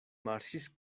marŝis